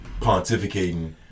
pontificating